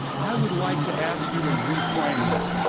i would like to ask you to reframe that.